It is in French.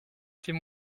fais